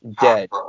dead